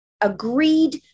agreed